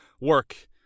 work